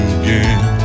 again